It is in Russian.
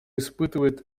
испытывает